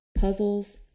Puzzles